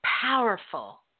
powerful